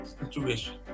situation